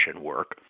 work